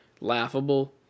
laughable